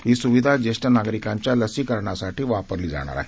ही स्विधा ज्येष्ठ नागरिकांच्या लसीकरणासाठी वापरली जाणार आहे